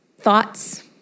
thoughts